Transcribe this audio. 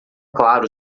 claro